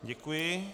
Děkuji.